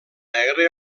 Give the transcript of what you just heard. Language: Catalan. negre